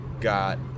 got